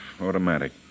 automatic